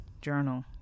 journal